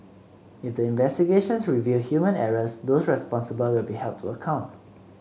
if the investigations reveal human errors those responsible will be held to account